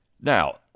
Now